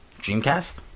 Dreamcast